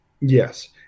Yes